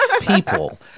People